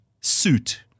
suit